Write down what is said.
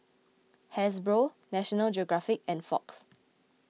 Hasbro National Geographic and Fox